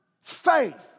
faith